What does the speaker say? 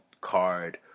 card